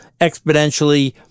exponentially